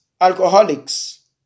alcoholics